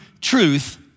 truth